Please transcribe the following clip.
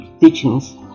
teachings